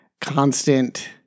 constant